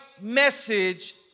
message